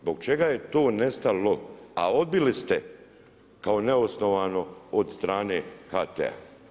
Zbog čega je to nestalo, a odbili ste kao neosnovano od strane HT-a.